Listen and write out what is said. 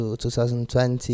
2020